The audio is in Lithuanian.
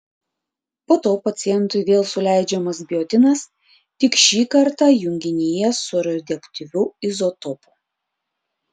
po to pacientui vėl suleidžiamas biotinas tik šį kartą junginyje su radioaktyviu izotopu